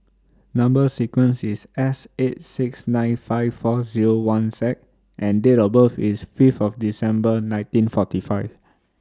Number sequence IS S eight six nine five four Zero one Z and Date of birth IS Fifth of December one thousand nineteen and forty five